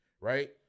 right